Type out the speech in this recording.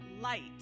light